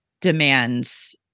demands